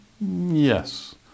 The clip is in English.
yes